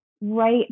Right